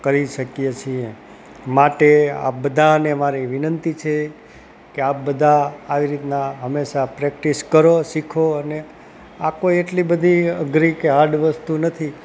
કરી શકીએ છીએ માટે આપ બધાને મારી વિનંતી છે કે આપ બધા આવી રીતના હંમેશા પ્રેક્ટિસ કરો શીખો અને આ કોઈ એટલી બધી અઘરી કે હાર્ડ વસ્તુ નથી